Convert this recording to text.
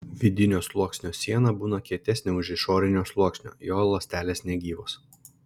vidinio sluoksnio siena būna kietesnė už išorinio sluoksnio jo ląstelės negyvos